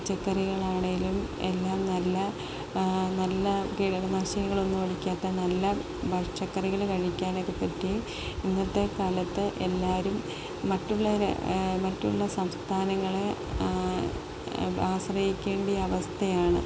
പച്ചക്കറികളാണെങ്കിലും എല്ലാം നല്ല നല്ല കീടനാശിനികളൊന്നും അടിക്കാത്ത നല്ല പച്ചക്കറികള് കഴിക്കാനൊക്കെ പറ്റി ഇന്നത്തെക്കാലത്ത് എല്ലാവരും മറ്റുള്ള സംസ്ഥാനങ്ങളെ ആശ്രയിക്കേണ്ട അവസ്ഥയാണ്